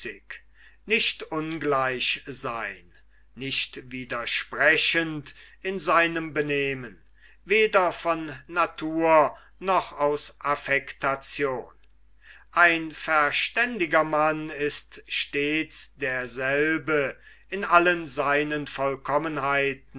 in seinem benehmen weder von natur noch aus affektation ein verständiger mann ist stets derselbe in allen seinen vollkommenheiten